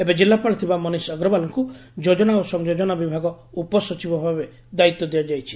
ଏବେ ଜିଲ୍ଲାପାଳ ଥିବା ମନୀଷ ଅଗ୍ରଓ୍ୱାଲଙ୍କୁ ଯୋଜନା ଓ ସଂଯୋଜନା ବିଭାଗ ଉପସଚିବ ଭାବେ ଦାୟିତ୍ୱ ଦିଆଯାଇଛି